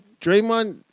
Draymond